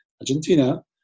Argentina